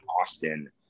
Austin